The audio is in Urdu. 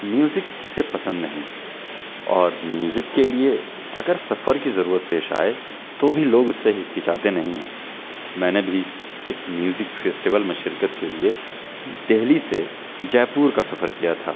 میوزک کسے پسند نہیں اور میوزک کے لیے اگر سفر کی ضرورت پیش آئے تو بھی لوگ اس سے ہچکچاتے نہیں ہیں میں نے بھی ایک میوزک فیسٹیول میں شرکت کے لیے دہلی سے جے پور کا سفر کیا تھا